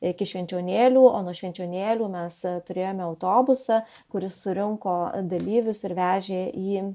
iki švenčionėlių o nuo švenčionėlių mes turėjome autobusą kuris surinko dalyvius ir vežė į